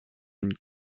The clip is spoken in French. une